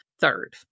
third